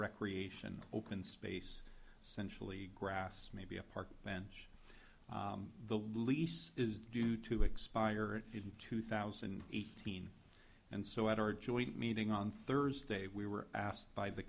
recreation open space sensually grass maybe a park bench the lease is due to expire in two thousand and eighteen and so at our joint meeting on thursday we were asked by the